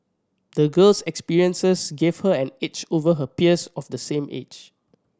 the girl's experiences gave her an edge over her peers of the same age